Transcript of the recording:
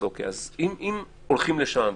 אם הולכים לשם,